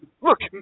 Look